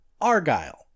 argyle